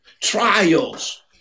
trials